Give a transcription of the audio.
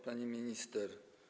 Pani Minister!